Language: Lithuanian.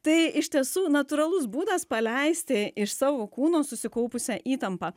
tai iš tiesų natūralus būdas paleisti iš savo kūno susikaupusią įtampą